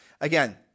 Again